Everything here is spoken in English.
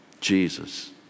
Jesus